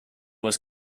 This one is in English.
was